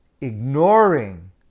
ignoring